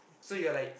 so you're like